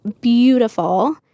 beautiful